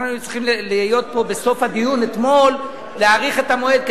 אנחנו היינו צריכים להיות פה בסוף הדיון אתמול ולהאריך את המועד,